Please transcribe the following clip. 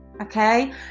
Okay